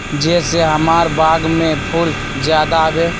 जे से हमार बाग में फुल ज्यादा आवे?